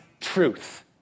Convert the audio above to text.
truth